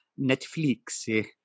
Netflix